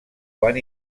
van